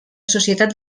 societat